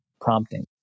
prompting